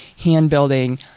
hand-building